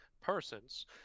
persons